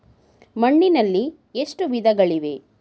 ಮಣ್ಣಿನಲ್ಲಿ ಎಷ್ಟು ವಿಧಗಳಿವೆ?